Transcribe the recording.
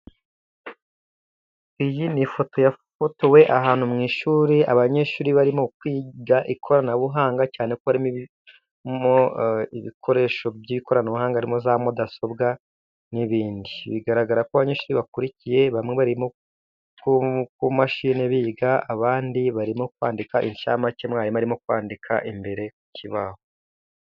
Iyi ni ifoto yafotowe ahantu mu ishuri, abanyeshuri barimo kwiga ikoranabuhanga cyane rikoreramo ibikoresho by'ikoranabuhanga, harimo za mudasobwa n'ibindi. Bigaragara ko abanyeshuri bakurikiye, bamwe bari ku mashini biga, abandi barimo kwandika inshamake mwarimu arimo kwandika imbere ku kibaho.